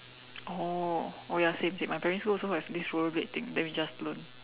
oh oh ya same same my primary school also have this rollerblade thing then we just learn